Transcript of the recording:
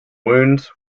wounds